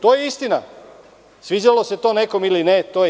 To je istina, sviđalo se to nekome ili ne, to je istina.